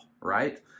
right